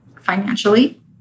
financially